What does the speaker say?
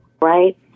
Right